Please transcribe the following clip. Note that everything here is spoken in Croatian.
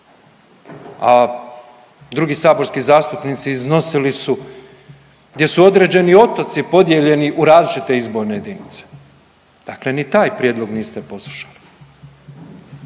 a drugi saborski zastupnici iznosili su gdje su određeni otoci podijeljeni u različite izborne jedinice, dakle ni taj prijedlog niste poslušali.